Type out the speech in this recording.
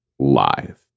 Live